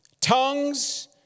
tongues